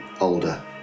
older